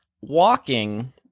walking